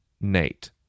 Nate